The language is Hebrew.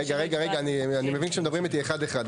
רגע, רגע, אני מבין כשמדברים איתי אחד אחד.